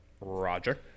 Roger